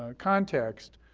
ah context,